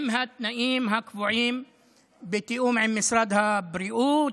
עם התנאים הקבועים בתיאום עם משרד הבריאות,